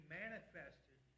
manifested